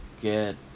Get